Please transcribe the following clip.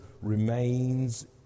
remains